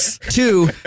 two